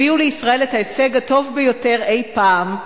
הביאו לישראל את ההישג הטוב ביותר אי-פעם: